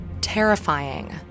Terrifying